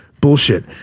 Bullshit